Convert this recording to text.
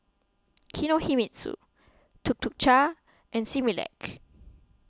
Kinohimitsu Tuk Tuk Cha and Similac